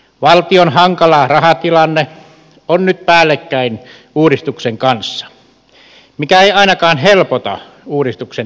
valtion hankala rahatilanne on nyt päällekkäin uudistuksen kanssa mikä ei ainakaan helpota uudistuksen läpivientiä